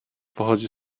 pochodzi